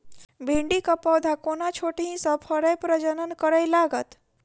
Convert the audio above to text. भिंडीक पौधा कोना छोटहि सँ फरय प्रजनन करै लागत?